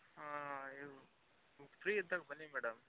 ಹಾಂ ಫ್ರೀ ಇದ್ದಾಗ ಬನ್ನಿ ಮೇಡಮ್